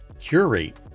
curate